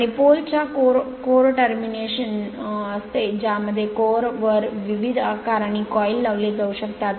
आणि पोल च्या core termination असते ज्यामध्ये कोअर वर विविध आकार आणि कॉइल लावले जाऊ शकतात